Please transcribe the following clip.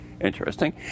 interesting